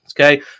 okay